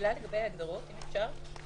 שאלה לגבי ההגדרות, אם אפשר.